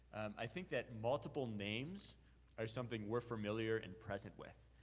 i think that multiple names are something we're familiar and present with.